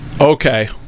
okay